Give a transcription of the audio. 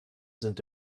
sind